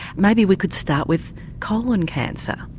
maybe we could start with colon cancer.